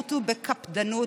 בזהירות ובקפדנות.